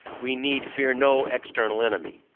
we need fear no external enemy.